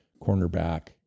cornerback